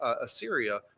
Assyria